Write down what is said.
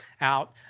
out